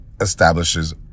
establishes